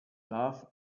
love